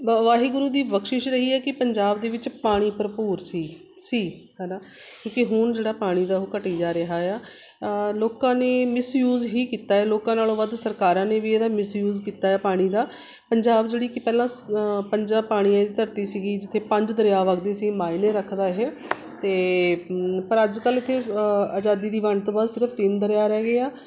ਵ ਵਾਹਿਗੁਰੂ ਦੀ ਬਖਸ਼ਿਸ਼ ਰਹੀ ਹੈ ਕਿ ਪੰਜਾਬ ਦੇ ਵਿੱਚ ਪਾਣੀ ਭਰਪੂਰ ਸੀ ਸੀ ਹੈ ਨਾ ਕਿਉਂਕਿ ਹੁਣ ਜਿਹੜਾ ਪਾਣੀ ਦਾ ਉਹ ਘਟੀ ਜਾ ਰਿਹਾ ਆ ਲੋਕਾਂ ਨੇ ਮਿਸਯੂਸ ਹੀ ਕੀਤਾ ਲੋਕਾਂ ਨਾਲੋਂ ਵੱਧ ਸਰਕਾਰਾਂ ਨੇ ਵੀ ਇਹਦਾ ਮਿਸਯੂਸ ਕੀਤਾ ਪਾਣੀ ਦਾ ਪੰਜਾਬ ਜਿਹੜੀ ਕਿ ਪਹਿਲਾਂ ਪੰਜਾਂ ਪਾਣੀਆਂ ਦੀ ਧਰਤੀ ਸੀਗੀ ਜਿੱਥੇ ਪੰਜ ਦਰਿਆ ਵੱਗਦੇ ਸੀ ਮਾਇਨੇ ਰੱਖਦਾ ਇਹ ਅਤੇ ਪਰ ਅੱਜ ਕੱਲ੍ਹ ਇੱਥੇ ਆਜ਼ਾਦੀ ਦੀ ਵੰਡ ਤੋਂ ਬਾਅਦ ਸਿਰਫ ਤਿੰਨ ਦਰਿਆ ਰਹਿ ਗਏ ਹਾਂ